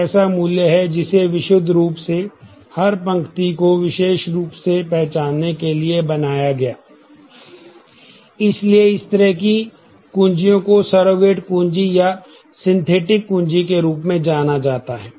एक रिलेशन कुंजी के रूप में जाना जाता है